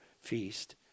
feast